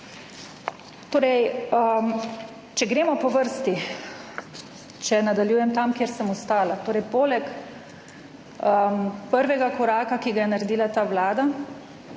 Torej, če gremo po vrsti. Če nadaljujem tam, kjer sem ostala. Poleg prvega koraka, ki ga je naredila ta vlada,